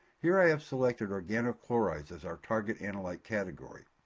here i have selected organochlorides as our target analyte category.